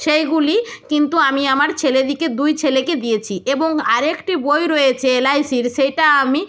সেইগুলি কিন্তু আমি আমার ছেলেদিকে দুই ছেলেকে দিয়েছি এবং আর একটি বই রয়েছে এলআইসির সেটা আমি